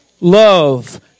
Love